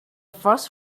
first